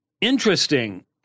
interesting